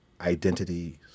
identities